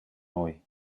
noi